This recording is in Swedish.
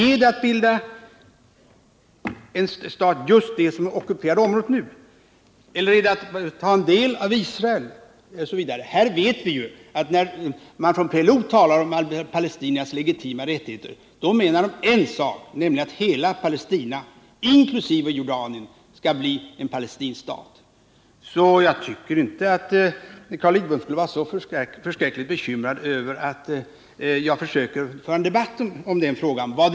Är det att bilda en stat just där det är ockuperat område nu eller är det att ta en del av Israel? Vi vet ju att när man från PLO:s sida talar om palestiniernas legitima rättigheter menar man en sak, nämligen att hela Palestina inkl. Jordanien skall bli en palestinsk stat. Jag tycker att Carl Lidbom inte skall vara så förskräckligt bekymrad över att jag försöker föra en debatt om vad frågan gäller.